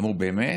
אמרו: באמת?